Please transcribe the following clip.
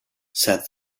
said